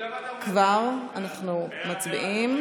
כבר אנחנו מצביעים.